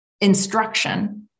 instruction